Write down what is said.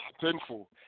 painful